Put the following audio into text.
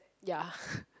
ya